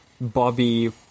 Bobby